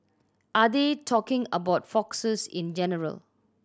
are they talking about foxes in general